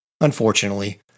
Unfortunately